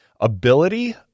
ability